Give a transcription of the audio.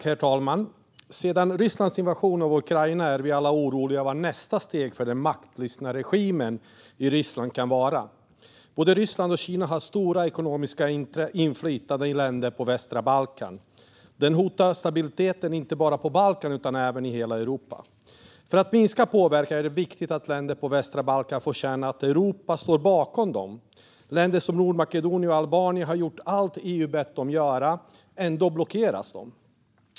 Herr talman! Sedan Rysslands invasion av Ukraina är vi alla oroliga för vad nästa steg för den maktlystna regimen i Ryssland kan vara. Både Ryssland och Kina har stort ekonomiskt inflytande i länder på västra Balkan, och det hotar stabiliteten inte bara på Balkan utan även i hela Europa. För att minska påverkan är det viktigt att länder på västra Balkan får känna att Europa står bakom dem. Länder som Nordmakedonien och Albanien har gjort allt EU bett dem att göra. Ändå blockeras de.